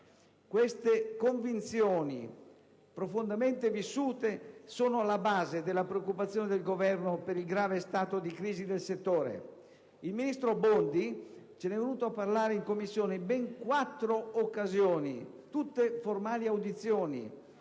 Queste convinzioni, profondamente vissute, sono alla base della preoccupazione del Governo per il grave stato di crisi del settore. Il ministro Bondi ce ne è venuto a parlare in Commissione in ben quattro occasioni, tutte audizioni